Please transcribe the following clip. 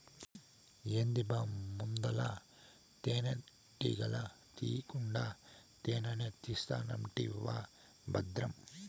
ఏందబ్బా ముందల తేనెటీగల తీకుండా తేనే తీస్తానంటివా బద్రం